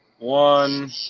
One